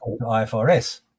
ifrs